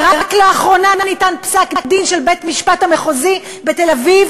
ורק לאחרונה ניתן פסק-דין של בית-המשפט המחוזי בתל-אביב